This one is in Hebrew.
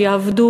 שיעבדו.